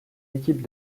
équipes